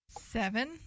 Seven